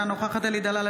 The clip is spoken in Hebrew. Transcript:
אינה נוכחת אלי דלל,